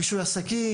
רישוי עסקים.